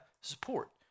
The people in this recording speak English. support